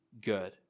good